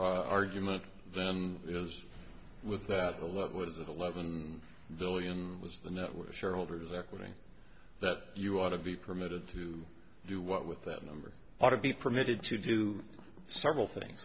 argument then is with that what was it eleven billion was the network of shareholders equity that you ought to be permitted to do what with that number ought to be permitted to do several things